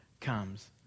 comes